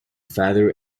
father